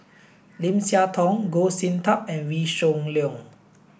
Lim Siah Tong Goh Sin Tub and Wee Shoo Leong